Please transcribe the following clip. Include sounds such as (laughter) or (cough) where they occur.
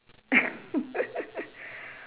(laughs)